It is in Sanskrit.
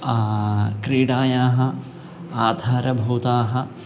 क्रीडायाः आधारभूताः